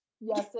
Yes